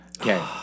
okay